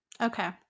Okay